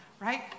right